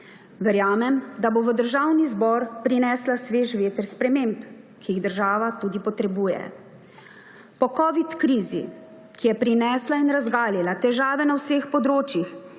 Verjamem, da bo v Državni zbor prinesla svež veter sprememb, ki jih država tudi potrebuje. Po covid krizi, ki je prinesla in razgalila težave na vseh področjih,